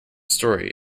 story